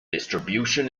distribution